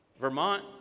Vermont